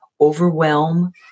overwhelm